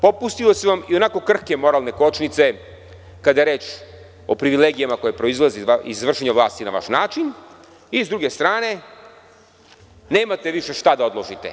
Popustile su vam ionako krhke moralne kočnice kada je reč o privilegijama koje proizlaze iz vršenja vlasti na vaš način i sa druge strane, nemate više šta da pružite.